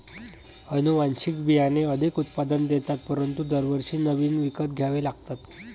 अनुवांशिक बियाणे अधिक उत्पादन देतात परंतु दरवर्षी नवीन विकत घ्यावे लागतात